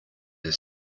ist